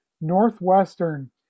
Northwestern